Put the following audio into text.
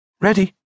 Ready